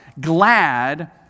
glad